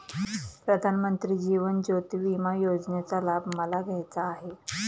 प्रधानमंत्री जीवन ज्योती विमा योजनेचा लाभ मला घ्यायचा आहे